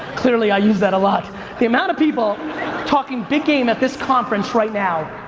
clearly i use that a lot the amount of people talking big game at this conference right now,